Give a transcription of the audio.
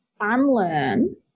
unlearn